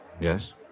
Yes